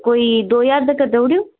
कोई दो ज्हार तगर देई ओड़ेओ